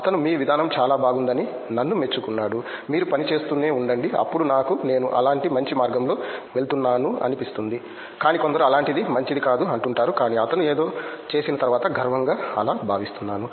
అతను మీ విధానం చాలా బాగుంది అని నన్ను మెచ్చుకున్నాడు మీరు పని చేస్తూనే ఉండండి అప్పుడు నాకు నేను అలాంటి మంచి మార్గంలో వెళుతున్నాను అనిపిస్తుంది కానీ కొందరు అలాంటిది మంచిది కాదు అంటుంటారు కానీ అతను ఏదో చేసిన తరువాత గర్వంగా అలా భావిస్తున్నాను